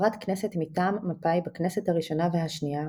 חברת כנסת מטעם מפא"י בכנסת הראשונה והשנייה,